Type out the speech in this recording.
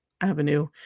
Avenue